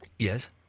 Yes